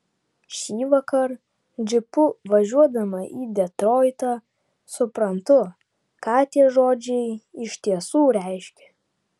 šįvakar džipu važiuodama į detroitą suprantu ką tie žodžiai iš tiesų reiškia